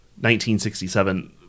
1967